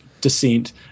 descent